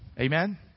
Amen